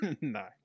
No